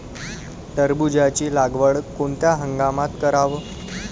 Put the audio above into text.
टरबूजाची लागवड कोनत्या हंगामात कराव?